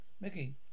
Mickey